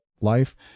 life